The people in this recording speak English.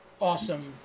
awesome